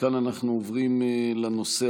מכאן אנחנו עוברים להצעות לסדר-היום